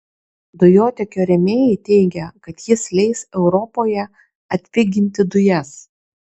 dujotiekio rėmėjai teigia kad jis leis europoje atpiginti dujas